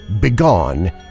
begone